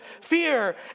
fear